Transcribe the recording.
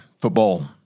football